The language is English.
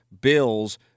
Bills